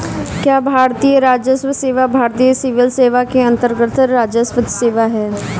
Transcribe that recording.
क्या भारतीय राजस्व सेवा भारतीय सिविल सेवा के अन्तर्गत्त राजस्व सेवा है?